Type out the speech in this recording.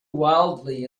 wildly